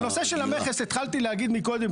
בנושא של המכס התחלתי להגיד מקודם,